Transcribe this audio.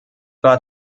war